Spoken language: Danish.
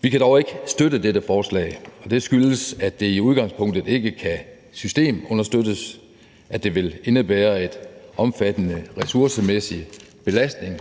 Vi kan dog ikke støtte dette forslag, og det skyldes, at det i udgangspunktet ikke kan systemunderstøttes, at det vil indebære en omfattende ressourcemæssig belastning